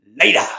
later